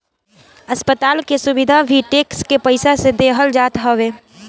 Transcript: अस्पताल के सुविधा भी टेक्स के पईसा से देहल जात हवे